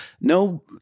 no